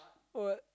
what